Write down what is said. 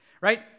Right